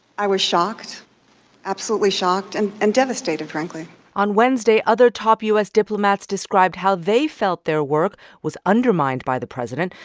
i was shocked absolutely shocked and and devastated, frankly on wednesday, other top u s. diplomats described how they felt their work was undermined by the president.